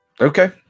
Okay